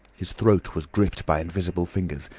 his throat was gripped by invisible fingers,